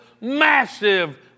massive